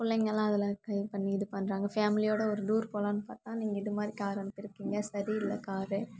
பிள்ளைங்கெல்லாம் அதில் கை பண்ணி இது பண்ணுறாங்க ஃபேமிலியோடய ஒரு டூர் போகலான்னு பார்த்தா நீங்கள் இது மாதிரி காரு அனுப்பிருக்கீங்க சரி இல்லை காரு